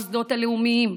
המוסדות הלאומיים,